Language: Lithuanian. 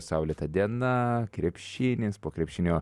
saulėta diena krepšinis po krepšinio